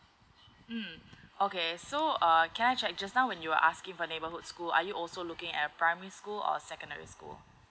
mm okay so uh can I check just now when you're ask if a neighborhood school are you also looking at primary school or secondary school